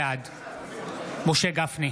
בעד משה גפני,